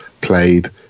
played